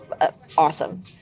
awesome